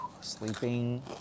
Sleeping